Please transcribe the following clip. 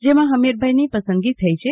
જેમાં હમીરભાઈની પસંદગી થઈ છે